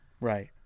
Right